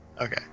Okay